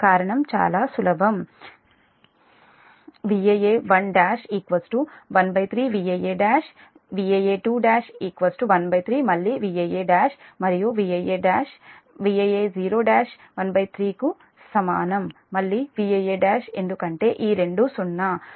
కారణం చాలా సులభం Vaa11 13 Vaa1 Vaa12 13 మళ్లీ Vaa1 మరియుVaa1 Vaa10 13 కు సమానం మళ్ళీ Vaa1 ఎందుకంటే ఈ రెండు '0'